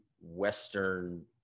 Western